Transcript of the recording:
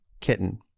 kitten